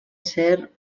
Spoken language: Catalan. ser